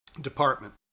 department